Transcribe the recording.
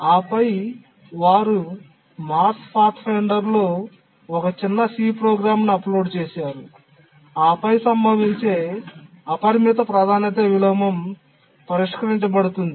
ఆపై వారు మార్స్ పాత్ఫైండర్లో ఒక చిన్న సి ప్రోగ్రామ్ ను అప్లోడ్ చేసారు ఆపై సంభవించే అపరిమిత ప్రాధాన్యత విలోమం పరిష్కరించబడుతుంది